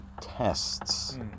tests